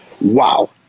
Wow